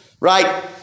right